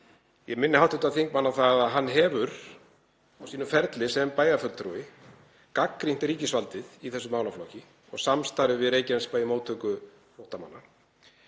Ég minni hv. þingmann á að hann hefur á sínum ferli sem bæjarfulltrúi gagnrýnt ríkisvaldið í þessum málaflokki og samstarfið við Reykjanesbæ um móttöku flóttamanna.